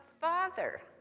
Father